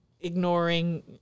ignoring